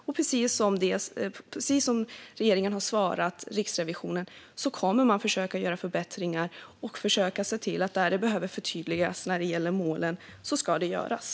Och precis som regeringen har svarat Riksrevisionen kommer man att göra förbättringar och förtydliga målen om det behöver göras.